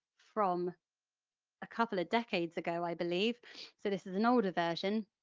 from a couple of decades ago i believe so this is an older version,